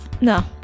no